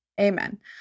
Amen